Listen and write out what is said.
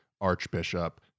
Archbishop